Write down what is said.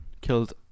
Killed